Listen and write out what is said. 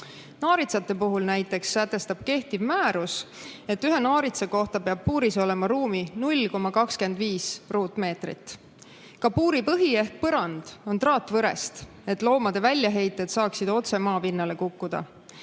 puhul näiteks sätestab kehtiv määrus, et ühe naaritsa kohta peab puuris olema ruumi 0,25 ruutmeetrit. Puuri põhi ehk põrand on traatvõrest, et loomade väljaheited saaksid otse maapinnale kukkuda.